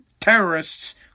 terrorists